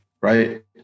Right